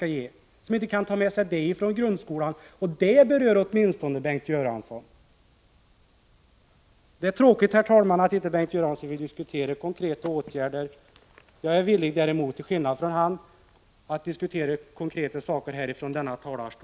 Detta är i alla fall någonting som berör Bengt Göransson. Det är tråkigt, herr talman, att Bengt Göransson inte vill diskutera konkreta åtgärder. Jag är i motsats till honom villig att i denna talarstol diskutera konkreta förslag.